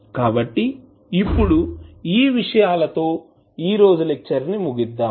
కాబట్టి ఇప్పుడు ఈ విషయాలతో ఈ రోజు లెక్చర్ ని ముగిద్దాం